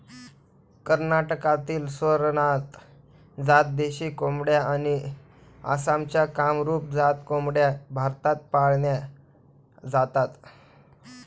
कर्नाटकातील स्वरनाथ जात देशी कोंबड्या आणि आसामच्या कामरूप जात कोंबड्या भारतात पाळल्या जातात